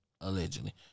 Allegedly